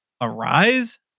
arise